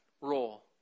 role